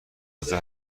مزه